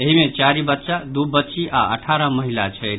एहि मे चारि बच्चा दू बच्ची आ अठारह महिला छथि